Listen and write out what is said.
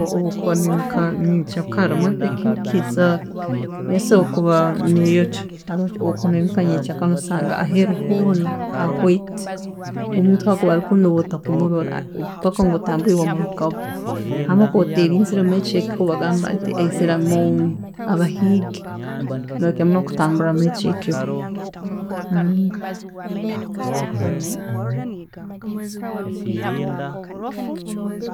﻿Obu orikuba noyimuka nyenkya kara, omanyire ekiho kiija, esobora kuba neyokya, obu’okuba noyimuka nyekyakara osaanga aheeru hoona ha white, omuntu obu akuba ari kunu nooba otakumurora, paka ngu otambwiire okamuhikaho, hanyuma kakuba oba oterinzire mwekyo ekiho, hakuba bagmba nti abahiigi, nibo bakira kutamburra mwekyo ekiho.